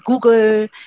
Google